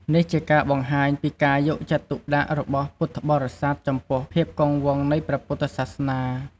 នេះជាការបង្ហាញពីការយកចិត្តទុកដាក់របស់ពុទ្ធបរិស័ទចំពោះភាពគង់វង្សនៃព្រះពុទ្ធសាសនា។